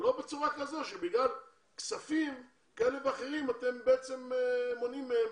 אבל לא בצורה כזאת שבגלל כספים כאלה ואחרים אתם מונעים מהם